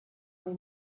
nei